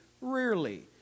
rarely